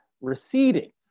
receding